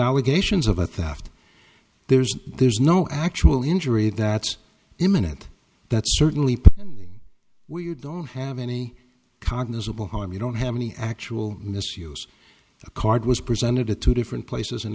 allegations of a theft there's there's no actual injury that's imminent that's certainly where you don't have any cognizable harm you don't have any actual misuse the card was presented at two different places in